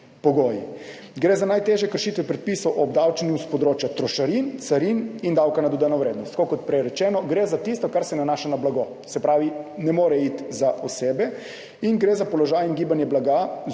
Gre za najtežje kršitve predpisov o obdavčenju s področja trošarin, carin in davka na dodano vrednost, tako kot prej rečeno, gre za tisto, kar se nanaša na blago, se pravi, ne more iti za osebe, in gre za položaj in gibanje blaga